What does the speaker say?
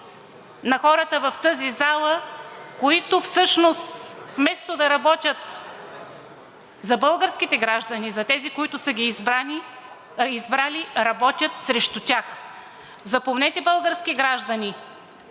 на хората в тази зала, които всъщност, вместо да работят за българските граждани, за тези, които са ги избрали, работят срещу тях! Запомнете, български граждани!